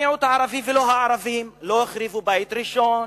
המיעוט הערבי והערבים לא החריבו הבית הראשון,